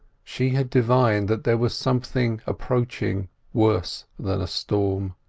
she had divined that there was something approaching worse than a storm.